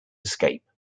escape